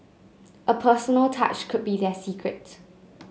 a personal touch could be their secret